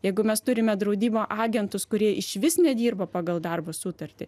jeigu mes turime draudimo agentus kurie išvis nedirba pagal darbo sutartį